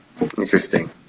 interesting